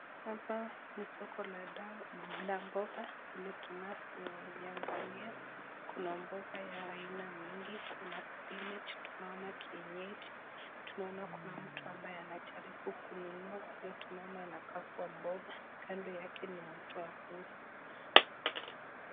Hapa ni soko la mboga vile tunavyoangalia kuna mboga ya aina mingi, Kuna (cs) spinach (cs) , tunaona kienyeji , tunaona kuna mtu ambaye anajaribu kununua vile tunaona inakaa kuwa mboga, kando yake kuna mtu wa kuuza.